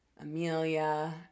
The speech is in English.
amelia